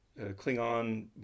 Klingon